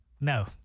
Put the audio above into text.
No